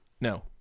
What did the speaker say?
No